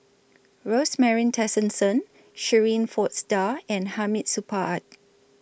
Rosemary Tessensohn Shirin Fozdar and Hamid Supaat